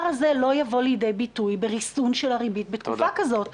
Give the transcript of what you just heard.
הזה לא יבוא לידי ביטוי בריסון של הריבית בתקופה כזאת.